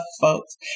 folks